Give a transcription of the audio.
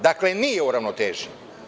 Dakle, nije u ravnoteži.